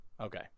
Okay